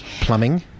plumbing